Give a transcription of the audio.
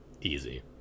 easy